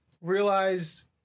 realized